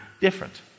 different